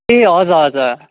ए हजुर हजुर